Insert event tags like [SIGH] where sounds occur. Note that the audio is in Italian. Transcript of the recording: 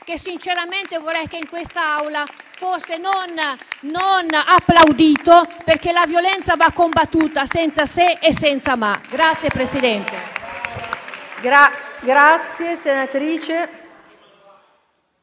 che sinceramente vorrei che in questa Aula non fosse applaudito, perché la violenza va combattuta senza se e senza ma. [APPLAUSE]